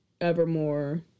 Evermore